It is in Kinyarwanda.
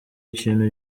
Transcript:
ikintu